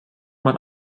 man